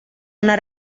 una